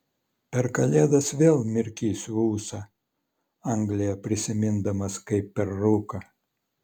per kalėdas vėl mirkysiu ūsą angliją prisimindamas kaip per rūką